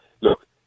Look